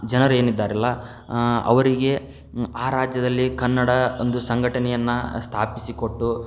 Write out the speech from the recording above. ಜನರು ಏನು ಇದ್ದಾರಲ್ಲ ಅವರಿಗೆ ಆ ರಾಜ್ಯದಲ್ಲಿ ಕನ್ನಡ ಒಂದು ಸಂಘಟನೆಯನ್ನು ಸ್ಥಾಪಿಸಿಕೊಟ್ಟು